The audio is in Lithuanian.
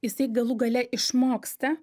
jisai galų gale išmoksta